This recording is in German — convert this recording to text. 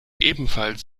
ebenfalls